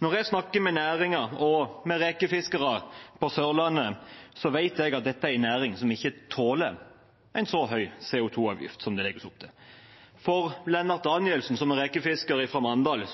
Når jeg snakker med næringen og med rekefiskere på Sørlandet, vet jeg at dette er en næring som ikke tåler en så høy CO 2 -avgift som det legges opp til. For Lennart Danielsen, som er rekefisker fra Mandal,